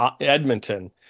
Edmonton